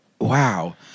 Wow